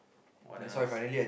what else